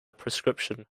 prescription